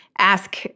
ask